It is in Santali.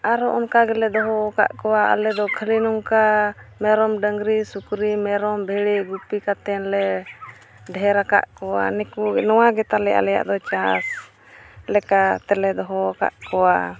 ᱟᱨᱦᱚᱸ ᱚᱱᱠᱟ ᱜᱮᱞᱮ ᱫᱚᱦᱚ ᱟᱠᱟᱫ ᱠᱚᱣᱟ ᱟᱞᱮᱫᱚ ᱠᱷᱟᱹᱞᱤ ᱱᱚᱝᱠᱟ ᱢᱮᱨᱚᱢ ᱰᱟᱝᱨᱤ ᱥᱩᱠᱨᱤ ᱢᱮᱨᱚᱢ ᱵᱷᱤᱰᱤ ᱜᱩᱯᱤ ᱠᱟᱛᱮᱫ ᱞᱮ ᱰᱷᱮᱨ ᱟᱠᱟᱫ ᱠᱚᱣᱟ ᱱᱩᱠᱩ ᱱᱚᱣᱟ ᱜᱮᱛᱟᱞᱮ ᱟᱞᱮᱭᱟᱜ ᱫᱚ ᱪᱟᱥ ᱞᱮᱠᱟ ᱛᱮᱞᱮ ᱫᱚᱦᱚ ᱟᱠᱟᱫ ᱠᱚᱣᱟ